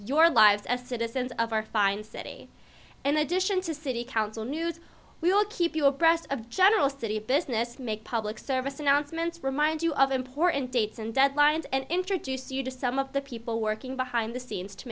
your lives as citizens of our fine city in addition to city council news we will keep you abreast of general city business make public service announcements remind you of important dates and deadlines and introduce you to some of the people working behind the scenes to